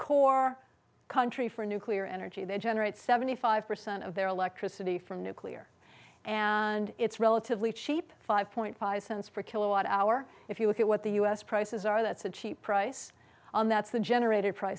core country for nuclear energy they generate seventy five percent of their electricity from nuclear and it's relatively cheap five point five cents per kilowatt hour if you look at what the u s prices are that's a cheap price and that's the generated pr